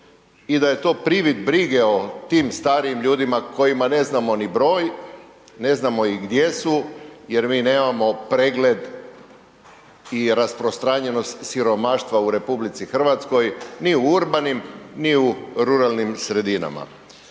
i da je to privid brige o tim starijim ljudima kojima ne znamo ni broj, ne znamo i gdje su jer mi nemamo pregled i rasprostranjenost siromaštva u RH ni u urbanim, ni u ruralnim sredinama.